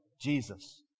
Jesus